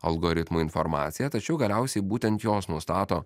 algoritmų informacija tačiau galiausiai būtent jos nustato